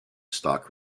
stock